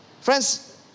Friends